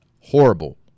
horrible